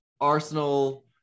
Arsenal